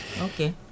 okay